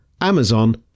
Amazon